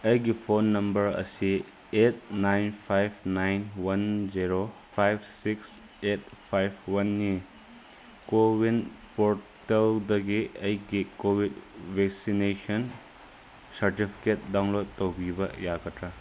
ꯑꯩꯒꯤ phone number ꯑꯁꯤ eight nine five nine one zero five six eight five ꯋꯥꯟꯅꯤ CoWIN ꯄꯣꯔꯇꯦꯜꯗꯒꯤ ꯑꯩꯒꯤ ꯀꯣꯕꯤꯠ ꯚꯦꯛꯁꯤꯅꯦꯁꯟ ꯁꯥꯔꯇꯤꯐꯤꯀꯦꯠ ꯗꯥꯎꯟꯂꯣꯠ ꯇꯧꯕꯤꯕ ꯌꯥꯒꯗ꯭ꯔꯥ